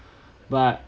but